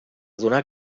donar